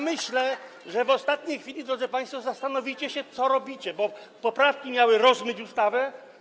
Myślę, że w ostatniej chwili, drodzy państwo, zastanowicie się, co robicie, bo poprawki miały rozmyć ustawę.